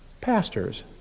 pastors